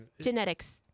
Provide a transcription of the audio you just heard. Genetics